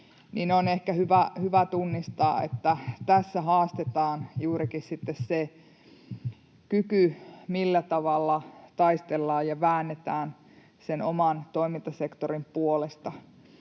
on ehkä hyvä tunnistaa, että tässä sitten haastetaan juurikin se kyky, millä tavalla taistellaan ja väännetään sen oman toimintasektorin puolesta.